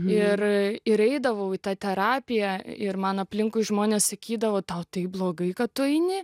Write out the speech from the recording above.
ir ir eidavau į tą terapiją ir man aplinkui žmonės sakydavo tau taip blogai kad tu eini